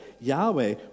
Yahweh